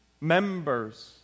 members